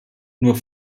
nur